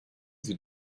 sie